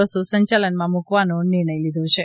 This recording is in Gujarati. બસો સંચાલનમાં મૂકવાનો નિર્ણય લીધો છે